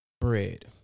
bread